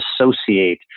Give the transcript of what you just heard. associate